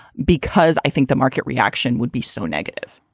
because i think the market reaction would be so negative.